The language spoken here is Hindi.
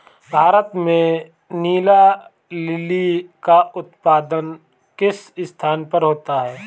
भारत में नीला लिली का उत्पादन किस स्थान पर होता है?